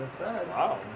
Wow